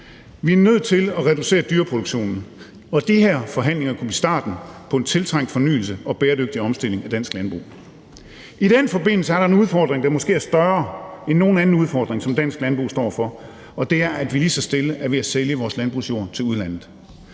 Vi er nødt til at reducere dyreproduktionen, og de her forhandlinger kunne blive starten på en tiltrængt fornyelse og en bæredygtig omstilling af dansk landbrug. I den forbindelse er der en udfordring, der måske er større end nogen anden udfordring, som dansk landbrug står over for, og det er, at vi lige så stille er ved at sælge vores landbrugsjord til udlandet.